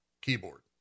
keyboard